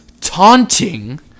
Taunting